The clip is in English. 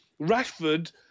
Rashford